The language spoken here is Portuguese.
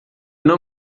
não